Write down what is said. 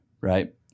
Right